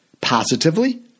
positively